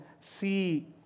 see